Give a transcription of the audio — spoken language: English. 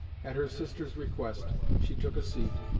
at her sister's request she took a seat,